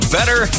Better